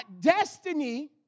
destiny